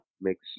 makes